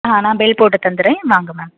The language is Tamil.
ஆ நான் பில் போட்டு தந்துட்றேன் வாங்க மேம்